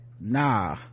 Nah